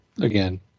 again